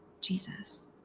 Jesus